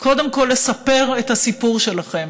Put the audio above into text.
קודם כול לספר את הסיפור שלכם,